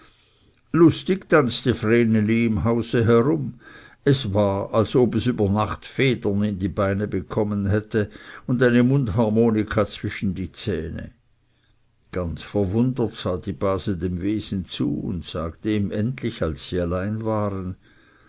lustig tanzte vreneli im hause herum es war als ob es über nacht federn in die beine bekommen hätte und eine mundharmonika zwischen die zähne ganz verwundert sah die base dem wesen zu und sagte ihm endlich als sie allein waren